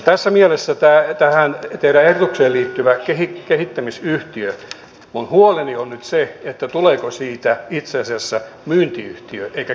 tässä mielessä tähän teidän ehdotukseenne liittyvästä kehittämisyhtiöstä minun huoleni on nyt se tuleeko siitä itse asiassa myyntiyhtiö eikä kehittämisyhtiö